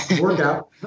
workout